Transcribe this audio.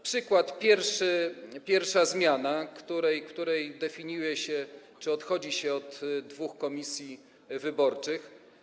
Przykład pierwszy: pierwsza zmiana, w której definiuje się, czy odchodzi się od dwóch komisji wyborczych.